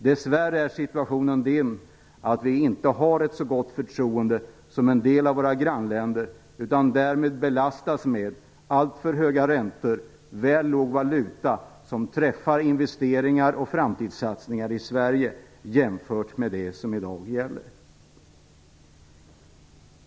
Dess värre är situationen den att vi inte har ett så gott företroende som en del av våra grannländer utan därmed belastas med alltför höga räntor och väl låg valuta, vilket träffar investeringar och framtidssatsningar i Sverige, jämfört med det som i dag gäller.